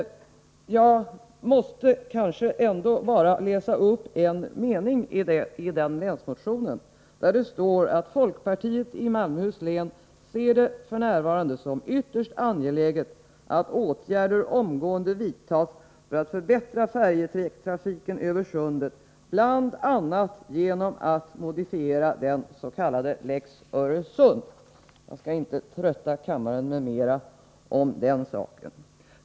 Jag måste läsa upp en mening i länsmotionen: ”Folkpartiet i M-län ser det f.n. som ytterst angeläget att åtgärder omgående vidtas för att förbättra färjetrafiken över sundet, bl.a. genom att modifiera den s.k. ”Lex Öresund —.” Jag skall inte trötta kammaren med mera om den saken.